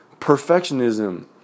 perfectionism